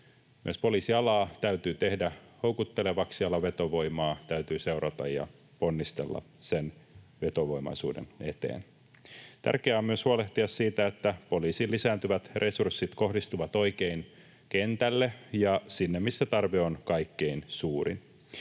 Myös poliisialaa täytyy tehdä houkuttelevaksi. Alan vetovoimaa täytyy seurata ja ponnistella sen vetovoimaisuuden eteen. Tärkeää on myös huolehtia siitä, että poliisin lisääntyvät resurssit kohdistuvat oikein kentälle ja sinne, missä tarve on kaikkein suurin.